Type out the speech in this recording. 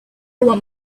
want